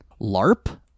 LARP